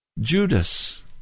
Judas